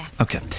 Okay